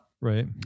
Right